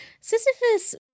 Sisyphus